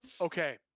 Okay